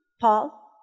Paul